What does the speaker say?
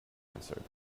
answered